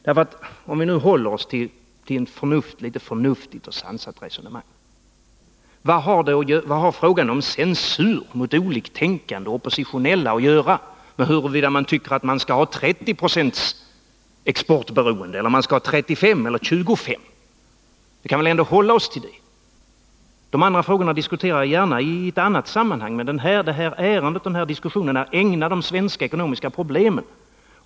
Men om vi håller oss till ett förnuftigt och sansat resonemang, vad har då frågan om censur mot oliktänkande och oppositionella att göra med frågan om huruvida man tycker att vi skall ha 30 20 exportberoende, eller att vi skall ha 35 eller 25 90? Vi kan väl ändå hålla oss till den frågan. De andra frågorna diskuterar jag gärna i ett annat sammanhang, men det här ärendet och de här diskussionerna är ägnade de svenska ekonomiska problemen.